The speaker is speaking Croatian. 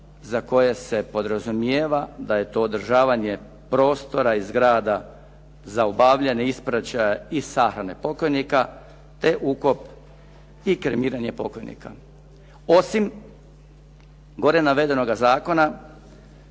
za koje se podrazumijeva da je to održavanje prostora i zgrada za obavljanje ispraćaja i sahrane pokojnika te ukop i kremiranje pokojnika, osim gore navedenoga zakona